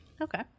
okay